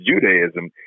Judaism